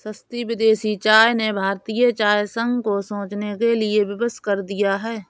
सस्ती विदेशी चाय ने भारतीय चाय संघ को सोचने के लिए विवश कर दिया है